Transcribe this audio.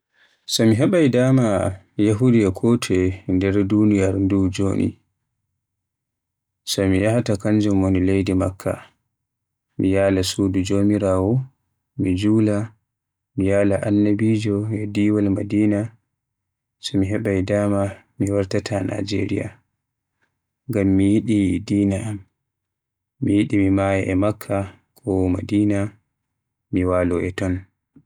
So mi heɓaay dama yahude to toye ender duniyaaru ndu joni, so mi yahta kanjum woni leydi Makka, mi yaala suudu jomiraawo, mi jula mi yaala Annabijo e diiwal Madina so mi heɓaay dama mi wartata Najeriya. Ngam mi yiɗi dina am, mi yiɗi mi maaya e Makka ko Madina, mi walo e ton.